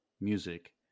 music